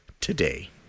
today